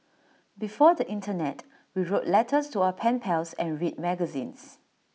before the Internet we wrote letters to our pen pals and read magazines